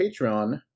Patreon